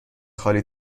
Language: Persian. خالی